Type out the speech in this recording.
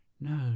No